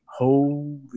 Holy